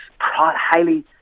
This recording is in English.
highly